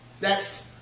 Next